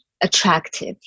attractive